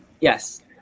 yes